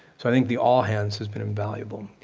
so i think the all-hands has been invaluable.